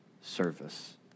service